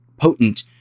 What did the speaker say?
potent